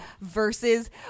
versus